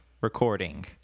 recording